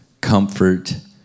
comfort